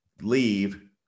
leave